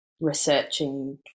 researching